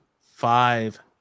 five